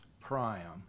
Priam